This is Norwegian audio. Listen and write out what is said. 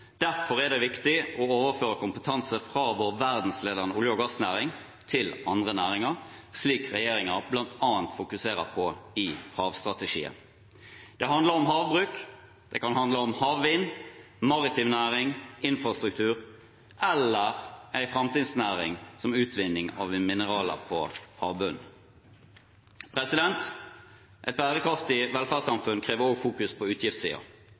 Derfor er det viktig å overføre kompetanse fra vår verdensledende olje- og gassnæring til andre næringer, slik regjeringen bl.a. fokuserer på i havstrategien. Det handler om havbruk, det kan handle om havvind, maritim næring, infrastruktur eller en framtidsnæring som utvinning av mineraler på havbunnen. Et bærekraftig velferdssamfunn krever også at det fokuseres på